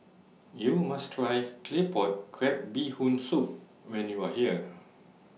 YOU must Try Claypot Crab Bee Hoon Soup when YOU Are here